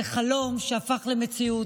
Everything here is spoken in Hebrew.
זה חלום שהפך למציאות.